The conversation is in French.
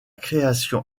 création